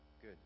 Good